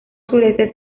sureste